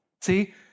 See